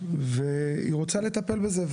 והיא רוצה לטפל בזה,